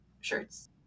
shirts